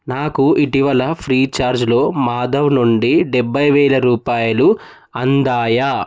నాకు ఇటీవల ఫ్రీచార్జ్లో మాధవ్ నుండి డెబ్భై వేల రూపాయలు అందాయా